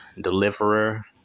deliverer